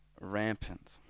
rampant